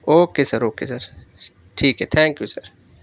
okay sir okay sir ٹھیک ہے thank you sir